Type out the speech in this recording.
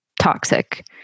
toxic